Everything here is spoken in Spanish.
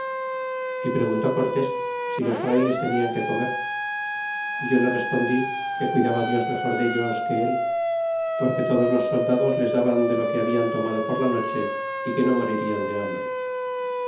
sandoval preguntó cortés si los frayles tenian que comer é yo le respondí que cuidaba dios mejor dellos que al porque todos los soldados les daban de lo que habían tomado por la noche é que no morirían de hambre